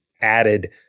added